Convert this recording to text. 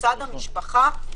מקווה שפה.